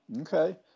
Okay